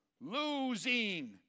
losing